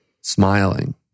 smiling